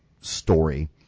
story